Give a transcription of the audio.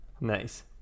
Nice